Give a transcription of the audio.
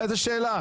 איזו שאלה,